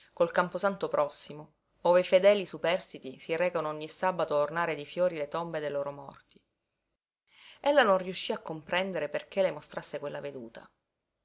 col camposanto prossimo ove i fedeli superstiti si recano ogni sabato a ornare di fiori le tombe dei loro morti ella non riuscí a comprendere perché le mostrasse quella veduta